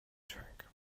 track